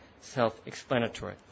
self-explanatory